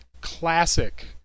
classic